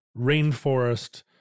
rainforest